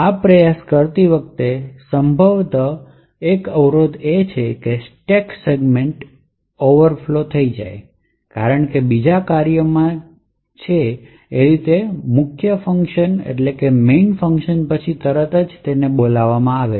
આ પ્રયાસ કરતી વખતે સંભવત The એક અવરોધ એ છે કે સ્ટેક સેગમેન્ટ ખરેખર દાખલા તરીકે ઓવરફ્લો થઈ શકે છે કારણ કે આ બીજા કાર્યમાંથી છે જે મુખ્ય પછી તરત જ બોલાવવામાં આવે છે